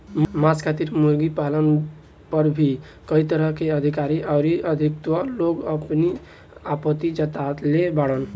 मांस खातिर मुर्गी पालन पर भी कई तरह के अधिकारी अउरी अधिवक्ता लोग भी आपत्ति जतवले बाड़न